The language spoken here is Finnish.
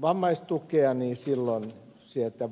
vammaistukea sieltä voi jotakin jäädä itselle